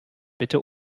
bitte